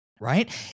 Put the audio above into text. right